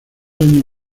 años